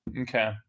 Okay